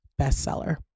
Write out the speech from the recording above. bestseller